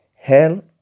Hell